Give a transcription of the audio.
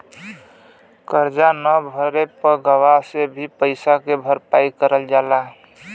करजा न भरे पे गवाह से ही पइसा के भरपाई कईल जाला